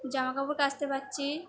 জামাকাপড় কাচতে পারছি